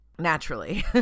Naturally